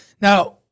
Now